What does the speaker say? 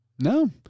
No